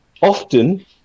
Often